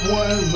one